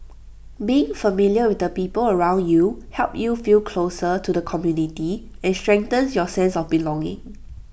being familiar with the people around you helps you feel closer to the community and strengthens your sense of belonging